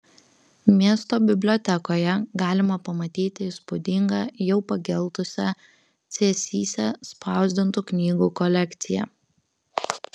miesto bibliotekoje galima pamatyti įspūdingą jau pageltusią cėsyse spausdintų knygų kolekciją